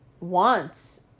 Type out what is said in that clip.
Wants